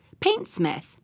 Paintsmith